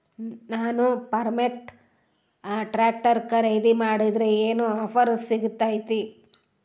ನಾನು Farmtrac tractor ಖರೇದಿ ಮಾಡಿದ್ರೆ ಏನು ಆಫರ್ ಸಿಗ್ತೈತಿ?